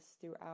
throughout